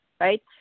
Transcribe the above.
Right